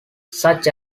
such